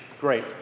great